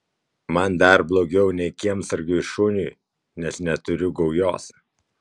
man dar blogiau nei kiemsargiui šuniui nes neturiu gaujos